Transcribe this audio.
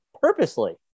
purposely